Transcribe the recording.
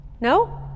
No